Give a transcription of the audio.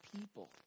people